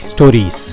Stories